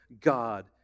God